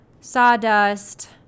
sawdust